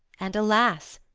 and, alas!